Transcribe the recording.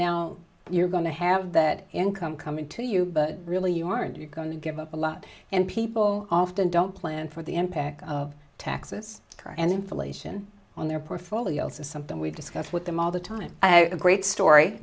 now you're going to have that income coming to you but really you are and you're going to give up a lot and people often don't plan for the impact of texas and inflation on their portfolios is something we've discussed with them all the time a great story